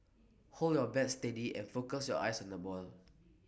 hold your bat steady and focus your eyes on the ball